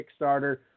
kickstarter